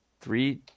three